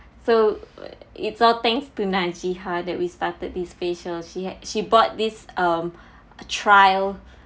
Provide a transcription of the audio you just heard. so it's all thanks to najiha that we started this facial she had she bought this um a trial